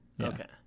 okay